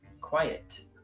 quiet